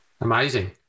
Amazing